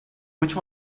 which